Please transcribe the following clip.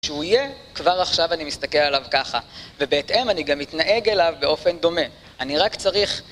כשהוא יהיה, כבר עכשיו אני מסתכל עליו ככה, ובהתאם אני גם אתנהג אליו באופן דומה, אני רק צריך